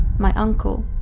my uncle,